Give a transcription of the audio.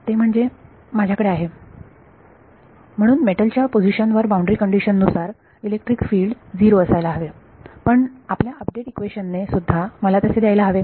ते म्हणजे माझ्याकडे आहे म्हणून मेटलच्या पोझिशन वर बाउंड्री कंडीशन नुसार इलेक्ट्रिक फील्ड 0 असायला हवे पण आपल्या अपडेट इक्वेशन ने सुद्धा मला तसे द्यायला हवे